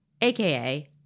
aka